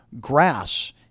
grass